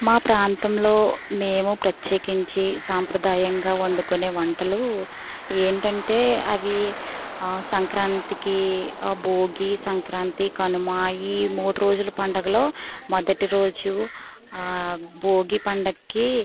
మా ప్రాంతంలో మేము ప్రత్యేకించి సాంప్రదాయంగా వండుకునే వంటలు ఏంటంటే అవి సంక్రాంతికి భోగి సంక్రాంతి కనుమ ఈ మూడు రోజుల పండుగలో మొదటి రోజు భోగి పండుగకి